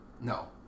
No